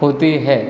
होती है